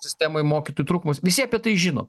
sistemoj mokytojų trūkumas visi apie tai žino